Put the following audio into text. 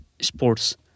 sports